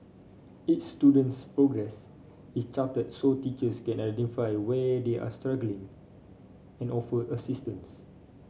each student's progress is charted so teachers can identify where they are struggling and offer assistance